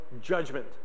judgment